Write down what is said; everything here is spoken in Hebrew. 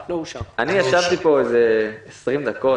ישבתי פה 20 דקות,